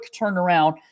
turnaround